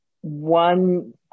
one